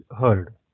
heard